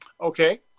Okay